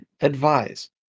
Advise